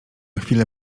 chwilę